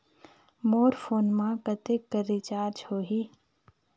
मोर phone मा कतेक कर रिचार्ज हो ही?